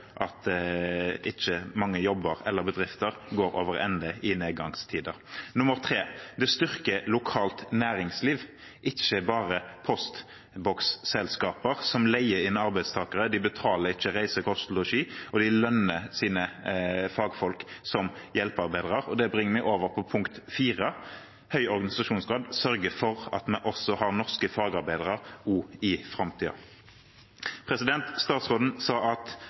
at ikke mange jobber eller bedrifter går over ende i nedgangstider. For det tredje: Det styrker lokalt næringsliv – ikke bare postboksselskaper som leier inn arbeidstakere. De betaler ikke reise, kost og losji, og de lønner sine fagfolk som hjelpearbeidere. Og det bringer meg over på punkt fire: Høy organisasjonsgrad sørger for at vi har norske fagarbeidere også i framtiden. Statsråden sa at